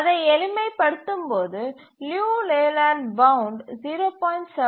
அதை எளிமைப்படுத்தும்போது லியு லேலேண்ட் பவுண்ட் 0